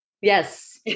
Yes